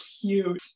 cute